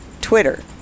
Twitter